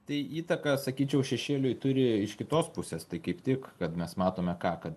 tai įtaką sakyčiau šešėliui turi iš kitos pusės tai kaip tik kad mes matome ką kad